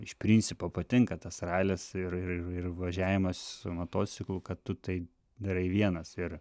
iš principo patinka tas ralis ir ir ir važiavimas motociklu kad tu tai darai vienas ir